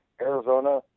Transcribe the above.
Arizona